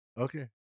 Okay